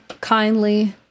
kindly